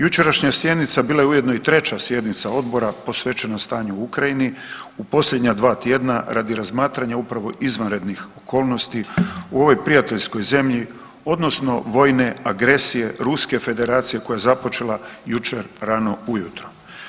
Jučerašnja sjednica bila je ujedno i 3. sjednica Odbora posvećena stanju u Ukrajini u posljednja 2 tjedna radi razmatranja upravo izvanrednih okolnosti u ovoj prijateljskoj zemlji, odnosno vojne agresije Ruske Federacije koja je započela jučer rano ujutro.